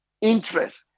interest